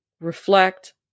reflect